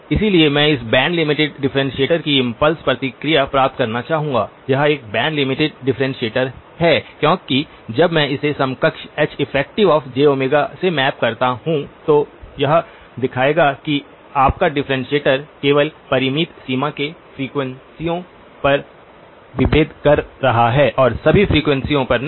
इसलिए मैं इस बैंड लिमिटेड डिफ्रेंटिएटर की इम्पल्स प्रतिक्रिया प्राप्त करना चाहूंगा यह एक बैंड लिमिटेड डिफ्रेंटिएटर है क्योंकि जब मैं इसे समकक्ष Heffj में मैप करता हूं तो यह दिखाएगा कि आपका डिफ्रेंटिएटर केवल परिमित सीमा के फ्रीक्वेंसीयों पर विभेद कर रहा है और सभी फ्रीक्वेंसीयों पर नहीं